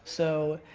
so,